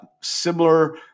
similar